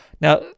Now